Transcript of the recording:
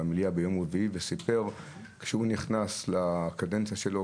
במליאה ביום רביעי וסיפר כמה מכשירים היו כשהוא נכנס לקדנציה שלו,